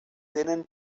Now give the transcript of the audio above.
tenen